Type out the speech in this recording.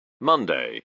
Monday